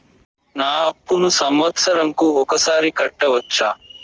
నా అప్పును సంవత్సరంకు ఒకసారి కట్టవచ్చా?